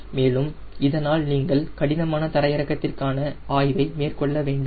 மேலும் இதனால் நீங்கள் கடினமான தரையிறக்கத்திற்கான ஆய்வை மேற்கொள்ள வேண்டும்